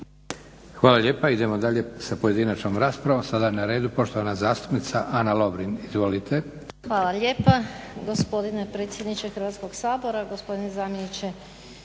Hvala lijepa. Idemo dalje sa pojedinačnom raspravom. Sada je na redu poštovana zastupnica Ana Lovrin. Izvolite. **Lovrin, Ana (HDZ)** Hvala lijepa gospodine predsjedniče Hrvatskog sabora, gospodine zamjeniče